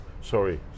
sorry